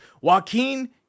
joaquin